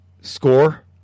Score